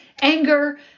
anger